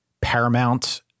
paramount